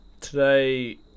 Today